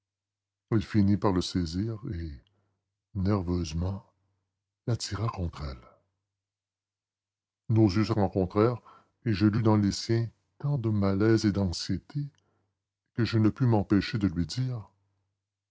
elle finit par le saisir et nerveusement l'attira contre elle nos yeux se rencontrèrent et je lus dans les siens tant de malaise et d'anxiété que je ne pus m'empêcher de lui dire